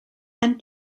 and